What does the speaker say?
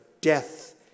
death